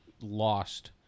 lost